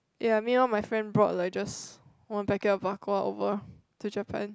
ya me all my friend brought like just one packet of Bak Kwa over to Japan